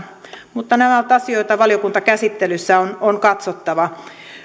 mutta nämä ovat asioita joita valiokuntakäsittelyssä on katsottava